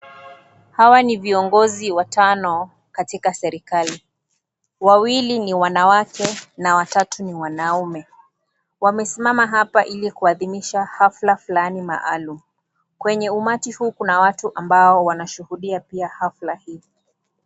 Hawa ni viongozi watano katika serikali, wawili ni wanawake na wawili ni wanaume. Wamesimama hapa ili kuhadhinisha hafla fulani maalum. Kwenye umati huu kuna watu ambao wanashuhudia pia hafla hii.